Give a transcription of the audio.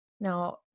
Now